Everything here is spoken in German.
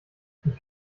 ich